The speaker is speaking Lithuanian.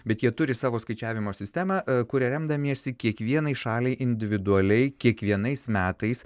bet jie turi savo skaičiavimo sistemą kuria remdamiesi kiekvienai šaliai individualiai kiekvienais metais